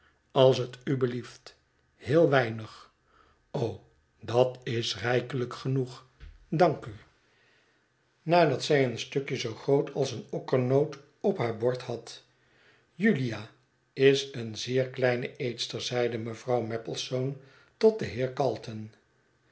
als t u blieft heel weinig o dat is rijkelijk genoeg dank u nadat zij een stukje zoo groot als een okkernoot op haar bord had julia is een zeer kleine eetster zeide mevrouw maplesone tot den heer calton